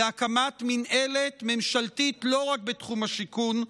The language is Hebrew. להקמת מינהלת ממשלתית לא רק בתחום השיכון.